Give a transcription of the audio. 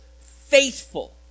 faithful